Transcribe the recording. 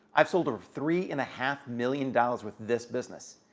i've sold over three and a half million dollars with this business.